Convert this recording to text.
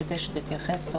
להתייחס?